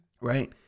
right